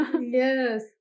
yes